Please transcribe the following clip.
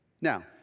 Now